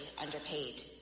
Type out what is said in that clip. underpaid